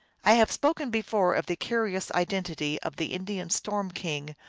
i have spoken before of the curious identity of the indian storm-king,